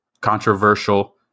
controversial